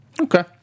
Okay